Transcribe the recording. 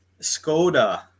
Skoda